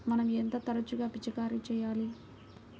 మనం ఎంత తరచుగా పిచికారీ చేయాలి?